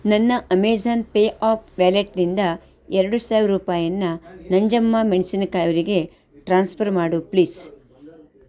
ನನ್ನ Amazon pay app ವ್ಯಾಲೆಟ್ನಿಂದ ಎರಡು ಸಾವಿರ ರೂಪಾಯಿಯನ್ನು ನಂಜಮ್ಮ ಮೆಣ್ಸಿನಕಾಯಿ ಅವರಿಗೆ ಟ್ರಾನ್ಸ್ಫರ್ ಮಾಡು ಪ್ಲೀಸ್